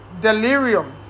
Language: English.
delirium